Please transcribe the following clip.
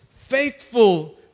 faithful